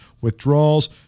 withdrawals